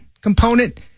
component